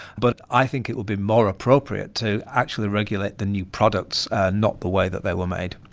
but i think it would be more appropriate to actually regulate the new products and not the way that they were made.